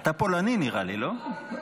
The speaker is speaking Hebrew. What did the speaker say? אתה פולני נראה לי, לא?